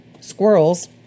Squirrels